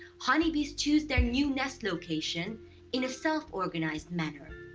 honeybees choose their new nest location in a self organized manner.